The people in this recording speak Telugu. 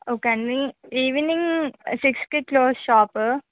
ఓకే అండి ఈవినింగ్ సిక్స్కి క్లోజ్ షాప్